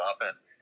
offense